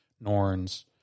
Norns